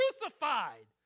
crucified